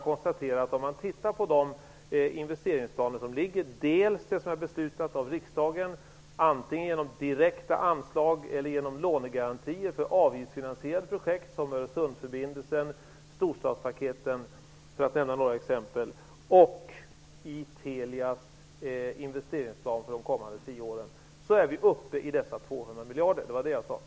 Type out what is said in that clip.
Med de investeringsplaner som finns -- dels de som beslutats av riksdagen med finansiering genom antingen direkta anslag eller lånegarantier för avgiftsfinansierade projekt som Öresundsförbindelsen och storstadspaketen, dels de som ingår i Telias investeringsplan för de kommande tio åren -- är vi uppe i dessa 200 miljarder. Det är vad jag sade.